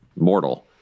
mortal